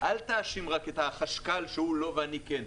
אל תאשים רק את החשכ"ל שהוא לא ואני כן.